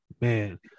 Man